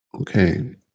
Okay